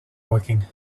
woking